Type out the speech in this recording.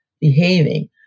behaving